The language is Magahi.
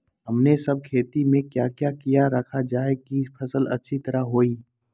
हमने सब खेती में क्या क्या किया रखा जाए की फसल अच्छी तरह होई?